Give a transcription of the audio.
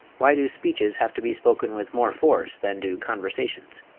why do speeches have to be spoken with more force than do conversations?